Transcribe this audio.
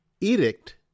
edict